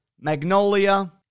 magnolia